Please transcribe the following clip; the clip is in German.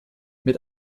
mit